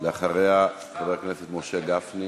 אחריה, חבר הכנסת משה גפני.